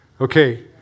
Okay